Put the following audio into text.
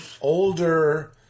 older